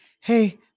Hey